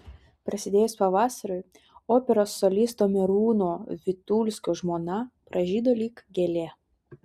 prasidėjus pavasariui operos solisto merūno vitulskio žmona pražydo lyg gėlė